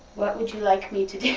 what would you like me to do?